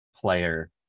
player